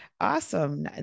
Awesome